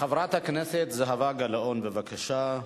חברת הכנסת זהבה גלאון, בבקשה,